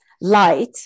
light